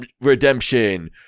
redemption